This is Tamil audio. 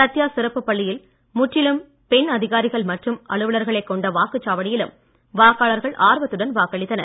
சத்யா சிறப்பு பள்ளியில் முற்றிலும் பெண் அதிகாரிகள் மற்றும் அலுவலர்களை கொண்ட வாக்குச் சாவடியிலும் வாக்காளர்கள் ஆர்வத்துடன் வாக்களித்தனர்